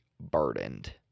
burdened